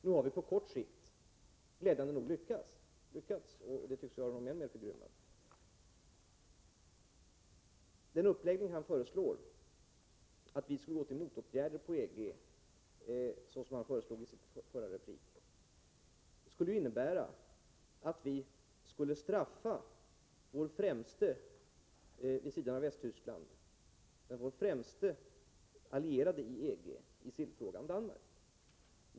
Nu har vi på kort sikt glädjande nog lyckats, och det tycks göra honom än mer förgrymmad. Om vi skulle gå till motåtgärder på det sätt som han föreslog i sin senaste replik skulle det innebära att vi skulle straffa Danmark, vid sidan av Västtyskland vår främste allierade inom EG i sillfrågan.